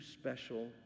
special